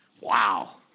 Wow